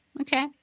Okay